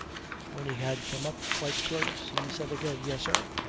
when he had come up quite close he said again, yes, sir?